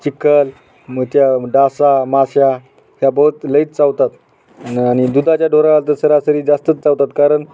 चिखल मग त्या डास माश्या या बहुत लईत चावतात न आणि दुधाच्या ढोरा तर सरासरी जास्तच चावतात कारण